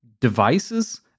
devices